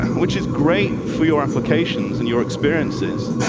which is great for your applications and your experiences.